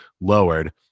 lowered